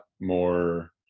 more